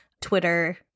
Twitter